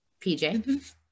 PJ